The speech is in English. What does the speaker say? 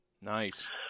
Nice